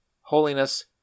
holiness